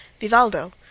Vivaldo